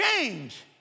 change